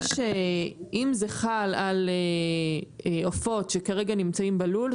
אם זה חל על עופות שכרגע נמצאים בלול,